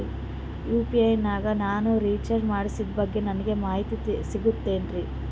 UPI ನಾಗ ನಾನು recharge ಮಾಡಿಸಿದ ಬಗ್ಗೆ ನನಗೆ ಮಾಹಿತಿ ಸಿಗುತೇನ್ರೀ?